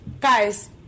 Guys